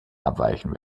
abweichen